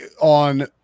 on –